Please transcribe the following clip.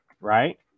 right